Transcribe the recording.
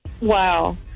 Wow